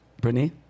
Brittany